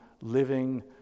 living